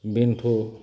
बेन्थ'